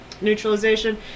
neutralization